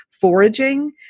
foraging